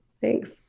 Thanks